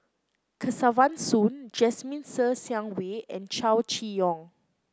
Kesavan Soon Jasmine Ser Xiang Wei and Chow Chee Yong